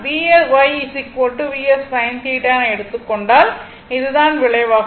Vy Vs in θ என எடுத்துக் கொண்டால் இது இதன் விளைவாகும்